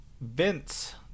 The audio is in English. Vince